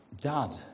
dad